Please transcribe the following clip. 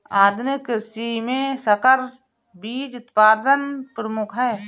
आधुनिक कृषि में संकर बीज उत्पादन प्रमुख है